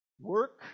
Work